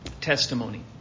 testimony